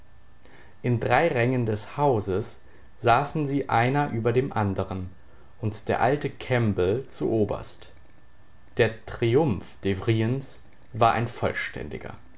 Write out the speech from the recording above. in drei rängen des hauses saßen sie einer über dem andern und der alte kemble zuoberst der triumph devrients war ein vollständiger